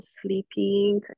sleeping